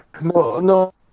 no